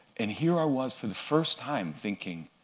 and here i was for the first time, thinking,